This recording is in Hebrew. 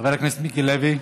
חבר הכנסת מיקי לוי,